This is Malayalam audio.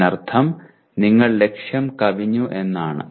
അതിനർത്ഥം നിങ്ങൾ ലക്ഷ്യം കവിഞ്ഞു എന്നാണ്